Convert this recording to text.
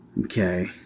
Okay